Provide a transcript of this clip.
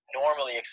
normally